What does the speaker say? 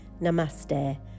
namaste